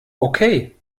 okay